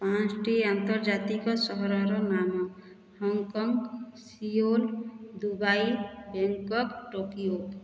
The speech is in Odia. ପାଞ୍ଚୋଟି ଆନ୍ତର୍ଜାତିକ ସହରର ନାମ Hong Kong Seoul Dubai Bangkok Tokyo